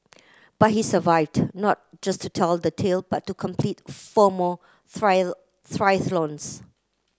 but he survived not just to tell the tale but to complete four more triathlons